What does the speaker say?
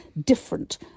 different